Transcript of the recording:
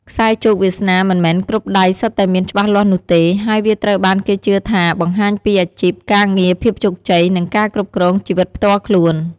ខ្សែជោគវាសនា មិនមែនគ្រប់ដៃសុទ្ធតែមានច្បាស់លាស់នោះទេ ហើយវាត្រូវបានគេជឿថាបង្ហាញពីអាជីព ការងារ ភាពជោគជ័យ និងការគ្រប់គ្រងជីវិតផ្ទាល់ខ្លួន។